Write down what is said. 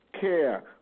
Care